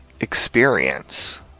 experience